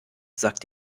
sagt